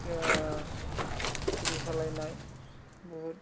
TV सालायनाय बुहुत